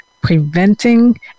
preventing